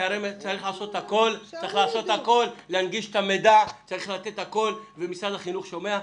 צריך לעשות הכול כדי להנגיש את המידע ומשרד החינוך שומע.